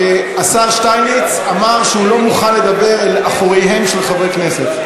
השר שטייניץ אמר שהוא לא מוכן לדבר אל אחוריהם של חברי כנסת.